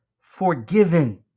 forgiven